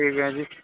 ٹھیک ہے جی